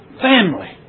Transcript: family